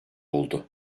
oldu